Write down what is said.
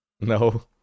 No